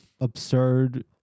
absurd